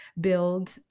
build